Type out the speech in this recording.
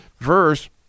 verse